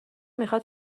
میخاد